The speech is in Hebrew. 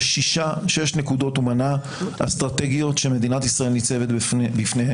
שש נקודות אסטרטגיות הוא מנה שמדינת ישראל ניצבת בפניהן,